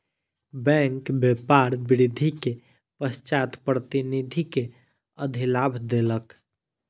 bank व्यापार वृद्धि के पश्चात प्रतिनिधि के अधिलाभ देलक